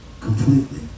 completely